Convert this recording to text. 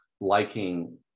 liking